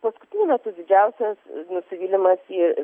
paskutiniu metu didžiausias nusivylimas į